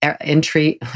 entry